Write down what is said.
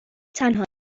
تنها